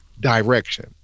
direction